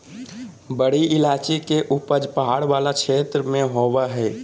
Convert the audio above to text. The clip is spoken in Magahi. बड़ी इलायची के उपज पहाड़ वाला क्षेत्र में होबा हइ